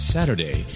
Saturday